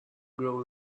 grow